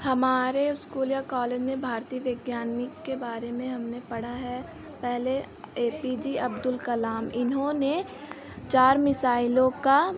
हमारे इस्कूल या कॉलेज में भारतीय वैज्ञानिक के बारे में हमने पढ़ा है पहले A P J Abdul Kalam इन्होंने चार मिसाइलों का